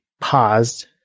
paused